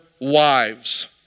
wives